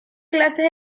clases